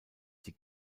die